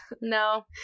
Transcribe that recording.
No